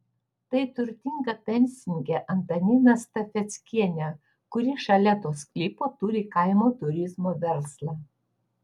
tai turtinga pensininkė antanina stafeckienė kuri šalia to sklypo turi kaimo turizmo verslą